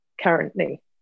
currently